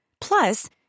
Plus